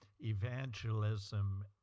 evangelism